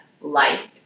life